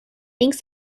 thinks